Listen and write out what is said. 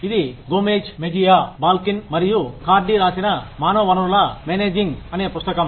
ఇది Gomez Mejia Balkin మరియు Cardy రాసిన మానవ వనరుల మేనేజింగ్ అనే పుస్తకం